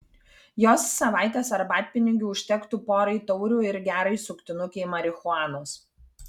jos savaitės arbatpinigių užtektų porai taurių ir gerai suktinukei marihuanos